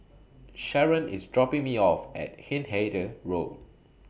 Sharron IS dropping Me off At Hindhede Road